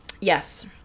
Yes